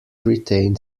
retained